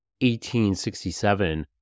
1867